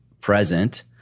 present